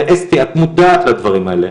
ואסתי, את מודעת לדברים האלה.